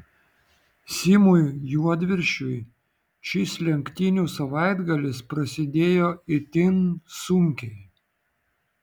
simui juodviršiui šis lenktynių savaitgalis prasidėjo itin sunkiai